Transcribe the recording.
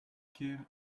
care